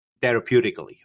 therapeutically